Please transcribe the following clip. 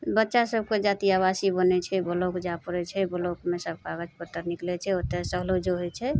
बच्चा सभके जाति आवासीय बनै छै ब्लॉक जाए पड़ै छै ब्लॉकमे सब कागज पत्तर निकलै छै ओतए सहलो जो होइ छै